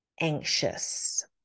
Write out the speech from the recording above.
anxious